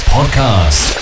Podcast